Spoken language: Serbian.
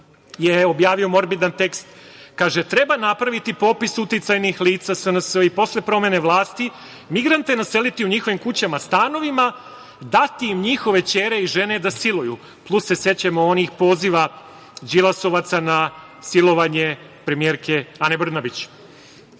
je objavio morbidan tekst, kaže: "Treba napraviti popis uticajnih lica SNS i posle promene vlasti migrante naseliti u njihovim kućama, stanovima, dati im njihove ćere i žene da siluju". Plus se sećamo onih poziva Đilasovaca na silovanje premijerke Ane